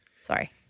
Sorry